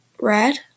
Red